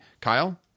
Kyle